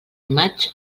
maig